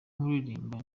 kuririmba